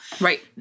Right